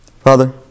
Father